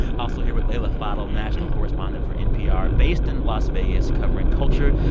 also here with leila fadel, national correspondent for npr based in las vegas, covering culture,